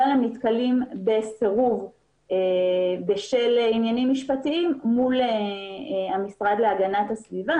אבל הם נתקלים בסירוב בשל עניינים משפטיים מול המשרד להגנת הסביבה.